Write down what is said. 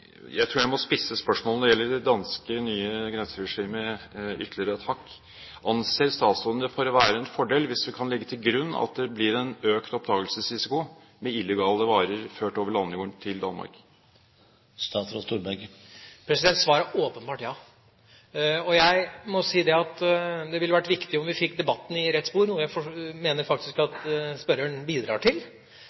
må spisse spørsmålet når det gjelder det nye danske grenseregimet, ytterligere ett hakk: Anser statsråden det for å være en fordel hvis vi kan legge til grunn at det blir en økt oppdagelsesrisiko for illegale varer ført over landjorden til Danmark? Svaret er åpenbart ja. Jeg må si at det hadde vært viktig om vi fikk debatten i rett spor, noe jeg faktisk mener at spørreren bidrar til,